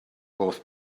both